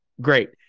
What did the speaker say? Great